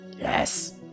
Yes